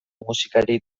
musikari